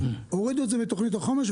הורידו את זה מתוכנית החומש,